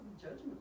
judgment